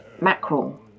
Mackerel